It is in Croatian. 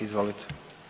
Izvolite.